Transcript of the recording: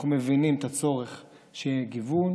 אנחנו מבינים את הצורך שיהיה גיוון